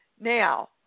Now